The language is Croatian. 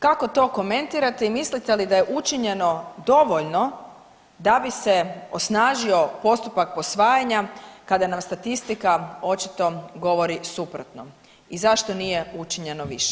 Kako to komentirate i mislite li da je učinjeno dovoljno da bi se osnažio postupak posvajanja kada nam statistika očito govori suprotno i zašto nije učinjeno više?